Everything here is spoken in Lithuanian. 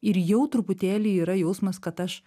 ir jau truputėlį yra jausmas kad aš